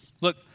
Look